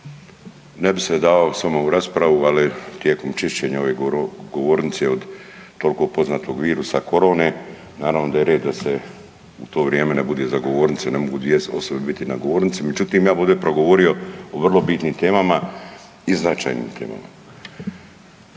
Ne bi se davao s vama u raspravu, ali tijekom čišćenja ove govornice od toliko poznatog virusa korone naravno da je red da se za to vrijeme ne bude za govornicom. Ne mogu dvije osobe biti na govornici. Međutim, ja bih ovdje progovorio o vrlo bitnim temama i značajnim temama,